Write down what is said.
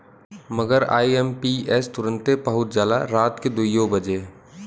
मगर आई.एम.पी.एस तुरन्ते पहुच जाला राट के दुइयो बजे